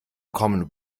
common